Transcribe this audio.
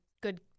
good